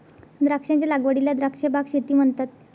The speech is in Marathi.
द्राक्षांच्या लागवडीला द्राक्ष बाग शेती म्हणतात